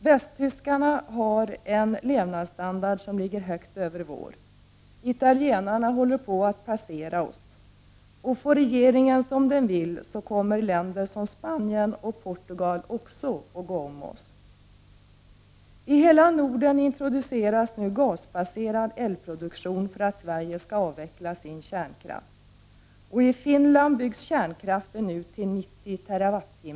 Västtyskarna har en levnadsstandard som ligger högt över vår, italienarna håller på att passera oss, och får regeringen som den vill kommer också länder som Spanien och Portugal att gå förbi Sverige. I hela Norden introduceras nu gasbaserad elproduktion, därför att Sverige skall avveckla sin kärnkraft. I Finland byggs kärnkraften ut till 900 TWh.